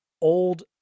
old